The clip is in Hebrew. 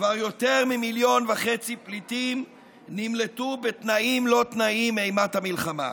כבר יותר ממיליון וחצי פליטים נמלטו בתנאים-לא-תנאים מאימת המלחמה.